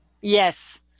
Yes